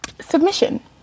Submission